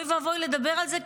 אוי ואבוי לדבר על זה,